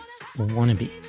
Wannabe